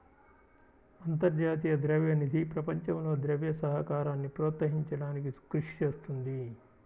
అంతర్జాతీయ ద్రవ్య నిధి ప్రపంచంలో ద్రవ్య సహకారాన్ని ప్రోత్సహించడానికి కృషి చేస్తుంది